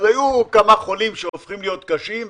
היו כמה חולים שהופכים להיות קשים,